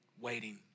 waiting